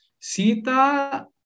Sita